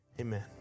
Amen